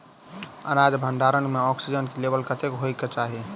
अनाज भण्डारण म ऑक्सीजन लेवल कतेक होइ कऽ चाहि?